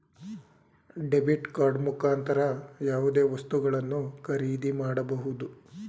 debit card ಮುಖಾಂತರ ಯಾವುದೇ ವಸ್ತುಗಳನ್ನು ಖರೀದಿ ಮಾಡಬಹುದು